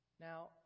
Now